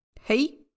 Hey